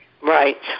Right